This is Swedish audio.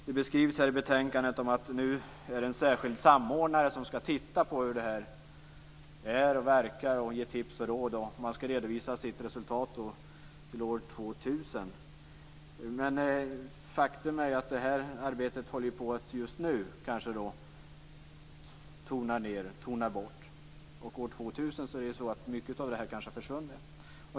Det skrivs i betänkandet att det nu är en särskild samordnare som skall titta på hur det här är och hur det verkar och som skall ge tips och råd. Man skall redovisa sitt resultat till år 2000. Men faktum är ju att det här arbetet kanske håller på att tonas ned, att tona bort, just nu. År 2000 har kanske mycket av det försvunnit.